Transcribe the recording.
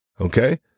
Okay